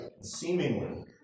Seemingly